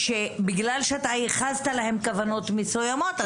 שבגלל שייחסת להם כוונות מסוימות,